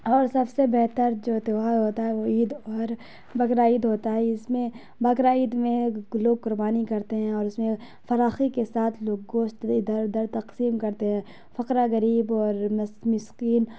اور سب سے بہتر جو تیوہار ہوتا ہے وہ عید اور بقر عید ہوتا ہے اس میں بقر عید میں لوگ قربانی کرتے ہیں اور اس میں فراخی کے ساتھ لوگ گوشت ادھر ادھر تقسیم کرتے ہیں فقراء غریب اور مسکین